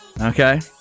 Okay